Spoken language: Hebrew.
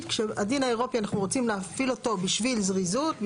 שהדין האירופי אנחנו רוצים להפעיל אותו בשביל זריזות,